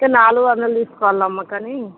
అయితే నాలుగు వందలు తీసుకోవాలమ్మ కానీ